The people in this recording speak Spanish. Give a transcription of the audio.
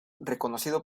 reconocido